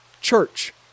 church